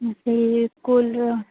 ସେଇ ସ୍କୁଲ୍ର